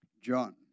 John